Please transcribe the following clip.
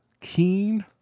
keen